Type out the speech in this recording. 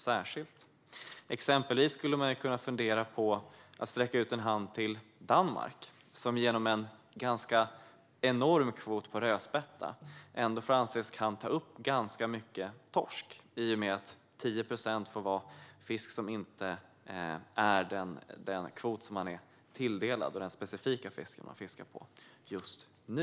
Man skulle exempelvis kunna fundera på att sträcka ut en hand till Danmark. De får ändå genom sin ganska enorma kvot för rödspätta ta upp ganska mycket torsk. 10 procent får nämligen vara fisk som inte är den specifika fisk som man tilldelats en kvot för och den specifika fisk som man fiskar på just nu.